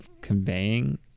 conveying